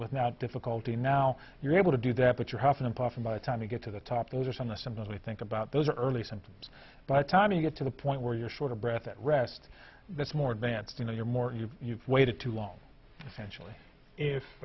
without difficulty now you're able to do that but you're huffing and puffing by the time you get to the top those are some the some things we think about those early symptoms but time you get to the point where you're short of breath at rest that's more advanced you know you're more you know you've waited too long essentially if